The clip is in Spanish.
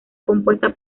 compuesta